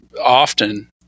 often